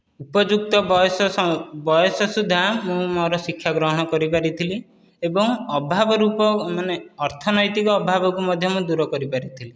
ଉପଯୁକ୍ତ ବୟସ ବୟସ ସୁଦ୍ଧା ମୁଁ ମୋର ଶିକ୍ଷା ଗ୍ରହଣ କରିପାରିଥିଲି ଏବଂ ଅଭାବ ରୂପ ମାନେ ଅର୍ଥନୈତିକ ଅଭାବକୁ ମଧ୍ୟ ମୁଁ ଦୂର କରିପାରିଥିଲି